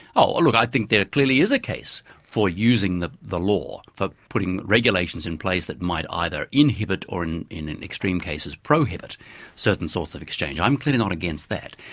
oh well look, i think there clearly is a case for using the the law for putting regulations in place that might either inhibit or in in extreme cases, prohibit certain sorts of exchange. i'm clearly not against that.